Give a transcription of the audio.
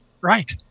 Right